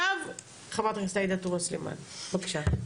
חברת הכנסת עאידה תומא סלימאן, בבקשה.